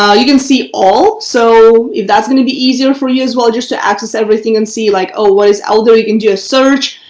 you can see all so if that's going to be easier for you as well just to access everything and see like, oh, what is out there, you can do a search,